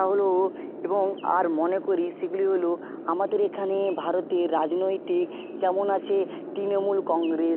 তা হল এবং আর মনে করি সেগুলি হল আমাদের এখানে ভারতে রাজনৈতিক যেমন আছে তৃণমূল কংগ্রেস